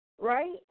right